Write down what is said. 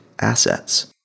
assets